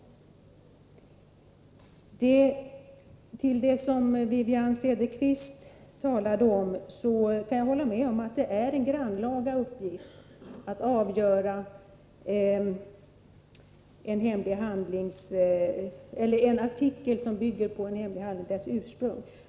När det gäller det som Wivi-Anne Cederqvist talade om kan jag hålla med henne om att det är en grannlaga uppgift att avgöra en artikels ursprung när artikeln bygger på en hemlig handling.